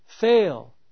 fail